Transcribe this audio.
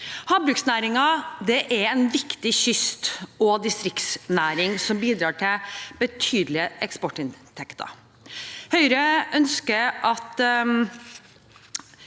Havbruksnæringen er en viktig kyst- og distriktsnæring som bidrar til betydelige eksportinntekter. Høyre ønsker at